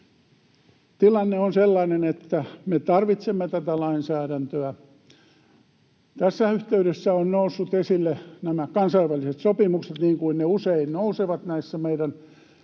Tilanne on sellainen, että me tarvitsemme tätä lainsäädäntöä. Tässä yhteydessä ovat nousseet esille nämä kansainväliset sopimukset, niin kuin ne usein nousevat näissä meidän